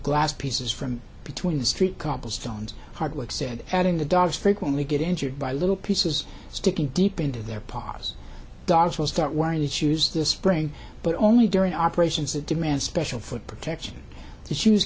glass pieces from between the street copplestone hardwick said adding the dogs frequently get injured by little pieces sticking deep into their paws dogs will start wearing that shoes this spring but only during operations that demand special foot protection issues